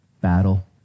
battle